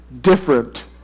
different